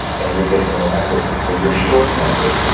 and you're getting no equity. so, you're short the market.